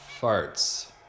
farts